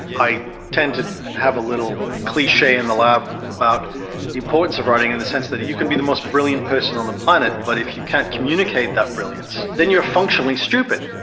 i tend to have a little cliche in the lab about the importance of writing in the sense that you you can be the most brilliant person on the planet but if you can't communicate that brilliance, then you are functionally stupid.